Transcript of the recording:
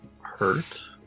Hurt